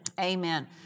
Amen